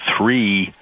three